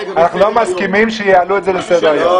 אנחנו לא מסכימים שיעלו את זה לסדר-היום.